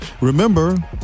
remember